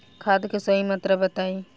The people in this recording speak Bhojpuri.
खाद के सही मात्रा बताई?